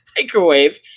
microwave